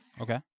Okay